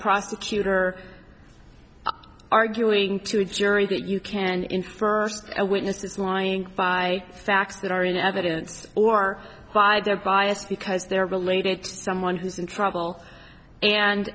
prosecutor arguing to a jury that you can infer a witness this morning by facts that are in evidence or why they're biased because they're related to someone who's in trouble and